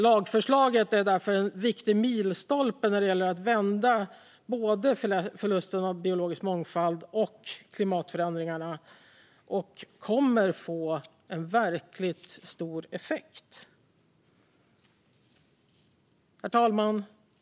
Lagförslaget är därför en viktig milstolpe när det gäller att vända både förlusten av biologisk mångfald och klimatförändringarna och kommer att få en verkligt stor effekt. Herr talman!